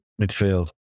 midfield